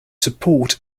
support